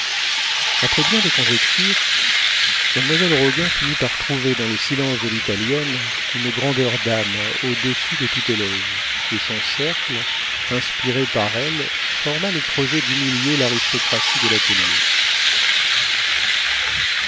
après bien des conjectures mademoiselle roguin finit par trouver dans le silence de l'italienne une grandeur d'âme au-dessus de tout éloge et son cercle inspiré par elle forma le projet d'humilier l'aristocratie de l'atelier